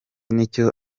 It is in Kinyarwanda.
nicyo